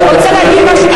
אני רוצה להגיד משהו,